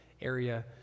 area